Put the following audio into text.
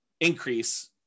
increase